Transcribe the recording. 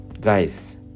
guys